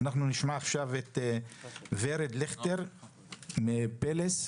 נשמע עכשיו את ורד ליכטר סול מיחידת פלס.